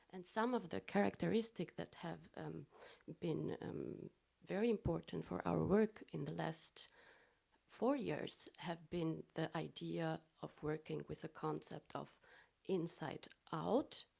and some of the characteristic that have been very important for our work in the last four years have been the idea of working with a concept of inside out,